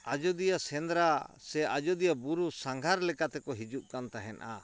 ᱟᱡᱚᱫᱤᱭᱟᱹ ᱥᱮᱸᱫᱽᱨᱟ ᱥᱮ ᱟᱡᱚᱫᱤᱭᱟᱹ ᱵᱩᱨᱩ ᱥᱟᱸᱜᱷᱟᱨ ᱞᱮᱠᱟᱛᱮ ᱠᱚ ᱦᱤᱡᱩᱜ ᱠᱟᱱ ᱛᱟᱦᱮᱱᱟ